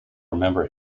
remember